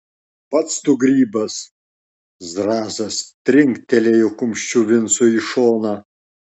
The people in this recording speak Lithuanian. pats tu grybas zrazas trinktelėjo kumščiu vincui į šoną